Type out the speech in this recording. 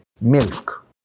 Milk